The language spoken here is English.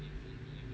mm